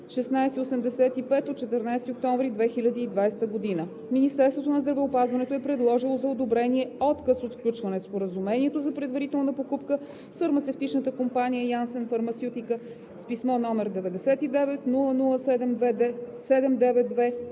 октомври 2020 г., Министерството на здравеопазването е предложило за одобрение отказ от включване в Споразумението за предварителна покупка с фармацевтичната компания Janssen Pharmaceutica. С писмо, № 99-00-792/14